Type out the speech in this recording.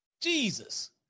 Jesus